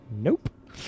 Nope